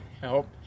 help